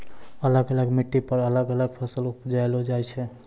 अलग अलग मिट्टी पर अलग अलग फसल उपजैलो जाय छै